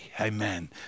Amen